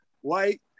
white